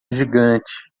gigante